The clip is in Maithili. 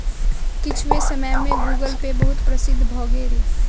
किछुए समय में गूगलपे बहुत प्रसिद्ध भअ भेल